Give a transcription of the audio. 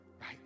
Right